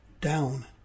down